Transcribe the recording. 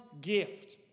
gift